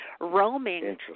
roaming